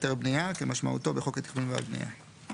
"היתר בנייה" כמשמעותו בחוק התכנון והבנייה,";